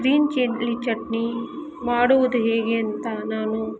green chilli chutney ಮಾಡುವುದು ಹೇಗೆ ಅಂತ ನಾನು